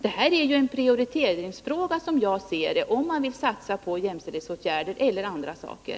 Då blir ju detta en prioriteringsfråga, som jag ser det, alltså en fråga om man vill satsa på jämställdhetsåtgärder eller på andra saker.